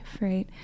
right